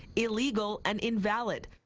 illegal, and invalid.